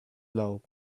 love